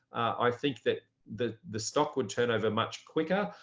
i think that the the stock would turn over much quicker,